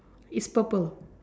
it's purple